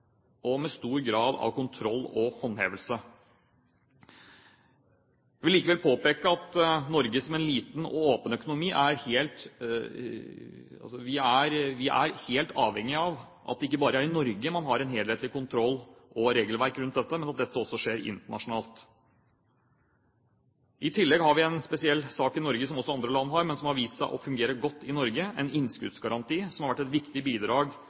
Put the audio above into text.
og med stor grad av kontroll og håndhevelse. Jeg vil likevel påpeke at Norge som en liten og åpen økonomi er helt avhengig av at det ikke bare er her man har en helhetlig kontroll og et regelverk rundt dette, men at dette også skjer internasjonalt. I tillegg har vi et spesielt virkemiddel i Norge, som også andre land har, men som har vist seg å fungere godt i Norge, nemlig en innskuddsgaranti, som har vært et viktig bidrag